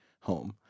home